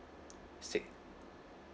six